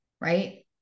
Right